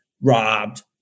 robbed